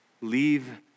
Leave